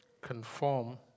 conform